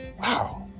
wow